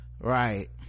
right